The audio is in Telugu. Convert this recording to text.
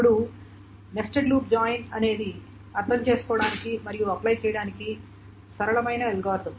ఇప్పుడు నెస్టెడ్ లూప్ జాయిన్ అనేది అర్థం చేసుకోవడానికి మరియు అప్లై చేయడానికి సరళమైన అల్గోరిథం